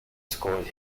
scored